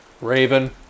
Raven